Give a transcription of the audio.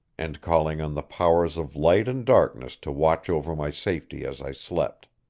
and calling on the powers of light and darkness to watch over my safety as i slept.